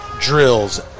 drills